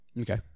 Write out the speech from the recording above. Okay